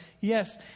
Yes